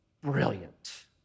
brilliant